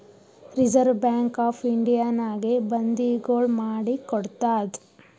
reserve bank of ಇಂಡಿಯಾನಾಗೆ ಬಂದಿಗೊಳ್ ಮಾಡಿ ಕೊಡ್ತಾದ್